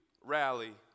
Rally